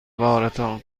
بارتان